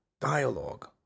dialogue